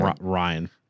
Ryan